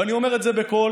ואני אומר את זה בקול,